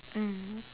mm